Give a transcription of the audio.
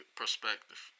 perspective